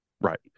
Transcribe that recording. Right